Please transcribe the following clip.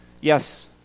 Yes